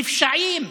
נפשעים,